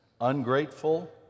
ungrateful